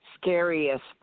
scariest